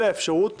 אלא האפשרות